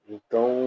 Então